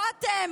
לא אתם,